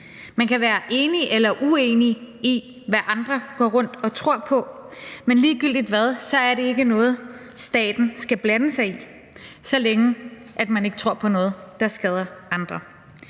Man kan være enig eller uenig i, hvad andre går rundt og tror på, men ligegyldigt hvad, er det ikke noget, staten skal blande sig i, så længe man ikke tror på noget, der skader andre.